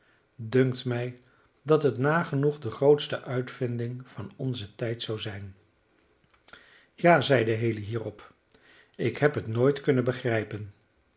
dunkt mij dat het nagenoeg de grootste uitvinding van onzen tijd zou zijn ja zeide haley hierop ik heb het nooit kunnen begrijpen